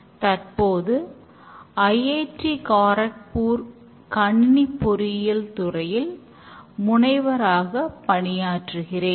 தற்போது ஐஐடி கரக்பூர் கணினி பொறியியல் துறையில் முனைவர் ஆக பணியாற்றுகிறேன்